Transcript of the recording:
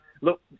look